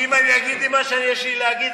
כי אם אני אגיד מה שיש לי להגיד,